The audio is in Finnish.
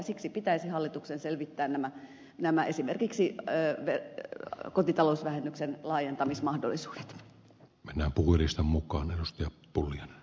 siksi pitäisi hallituksen selvittää esimerkiksi kotitalousvähennyksen laajentamismahdollisuudet mennä puhdista mukaan ruskea pulmia